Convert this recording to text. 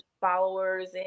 followers